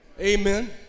Amen